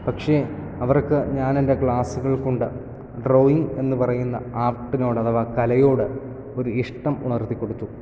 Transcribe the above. പക്ഷെ അവർക്ക് ഞാൻ എൻ്റെ ക്ലാസ്സുകൾ കൊണ്ട് ഡ്രോയിങ് എന്ന് പറയുന്ന ആർട്ടിനോട് അഥവാ കലയോട് ഒരു ഇഷ്ടം ഉണർത്തി കൊടുത്തു